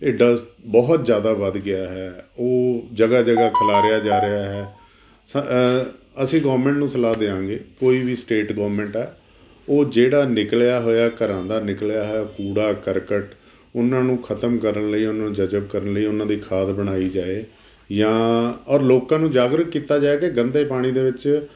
ਇਹ ਡਸਟ ਬਹੁਤ ਜ਼ਿਆਦਾ ਵੱਧ ਗਿਆ ਹੈ ਉਹ ਜਗ੍ਹਾ ਜਗ੍ਹਾ ਖਿਲਾਰਿਆ ਜਾ ਰਿਹਾ ਹੈ ਸ ਅਸੀਂ ਗੌਰਮੈਂਟ ਨੂੰ ਸਲਾਹ ਦਿਆਂਗੇ ਕੋਈ ਵੀ ਸਟੇਟ ਗੌਰਮਿੰਟ ਹੈ ਉਹ ਜਿਹੜਾ ਨਿਕਲਿਆ ਹੋਇਆ ਘਰਾਂ ਦਾ ਨਿਕਲਿਆ ਹੋਇਆ ਕੂੜਾ ਕਰਕਟ ਉਹਨਾਂ ਨੂੰ ਖਤਮ ਕਰਨ ਲਈ ਉਹਨਾਂ ਨੂੰ ਜਜ਼ਬ ਕਰਨ ਲਈ ਉਹਨਾਂ ਦੀ ਖਾਦ ਬਣਾਈ ਜਾਏ ਜਾਂ ਔਰ ਲੋਕਾਂ ਨੂੰ ਜਾਗਰੂਕ ਕੀਤਾ ਜਾਏ ਕਿ ਗੰਦੇ ਪਾਣੀ ਦੇ ਵਿੱਚ